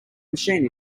machine